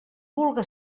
vulga